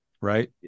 Right